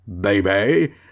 baby